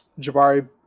Jabari